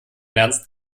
nernst